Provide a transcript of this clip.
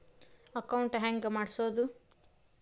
Account ಹೆಂಗ್ ಮಾಡ್ಸೋದು?